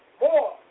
more